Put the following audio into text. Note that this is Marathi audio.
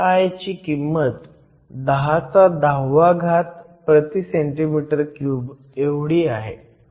ni ची किंमत 1010 cm 3 आहे